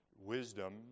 wisdom